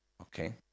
Okay